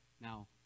Now